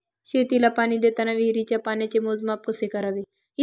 शेतीला पाणी देताना विहिरीच्या पाण्याचे मोजमाप कसे करावे?